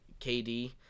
KD